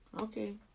Okay